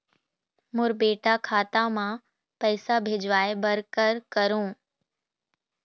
मोर बेटा खाता मा पैसा भेजवाए बर कर करों?